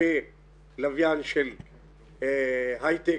בלוויין של הייטק.